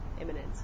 imminent